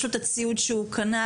יש לו את הציוד שהוא קנה,